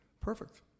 Perfect